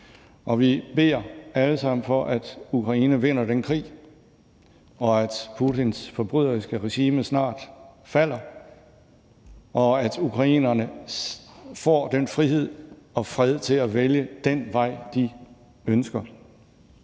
Og vi beder alle sammen for, at Ukraine vinder den krig, og at Putins forbryderiske regime snart falder, og at ukrainerne får frihed og fred til at vælge den vej, de ønsker.